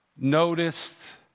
noticed